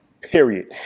period